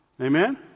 Amen